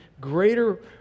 greater